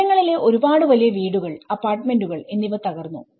നഗരങ്ങളിലെ ഒരുപാട് വലിയ വീടുകൾ അപ്പാർട്ട്മെന്റുകൾ എന്നിവ തകർന്നു